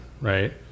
right